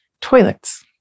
toilets